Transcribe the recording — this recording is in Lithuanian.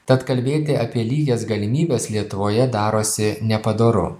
tad kalbėti apie lygias galimybes lietuvoje darosi nepadoru